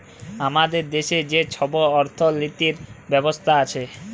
আমাদের দ্যাশে যে ছব অথ্থলিতি ব্যবস্থা আছে